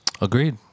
Agreed